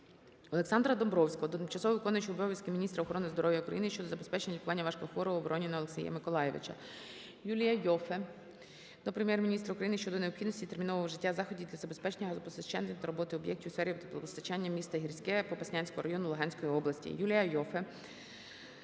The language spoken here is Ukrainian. Олександра Домбровського до тимчасово виконуючої обов'язки міністра охорони здоров'я України щодо забезпечення лікування важко хворого Вороніна Олексія Миколайовича. Юлія Іоффе до Прем'єр-міністра України щодо необхідності термінового вжиття заходів для забезпечення газопостачання та роботи об'єктів у сфері теплопостачання міста ГірськеПопаснянського району Луганської області. Юлія Іоффе